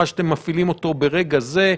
שאתם מפעילים אותם ברגע זה.